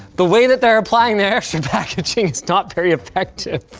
the way that they're applying their extra packaging is not very effective.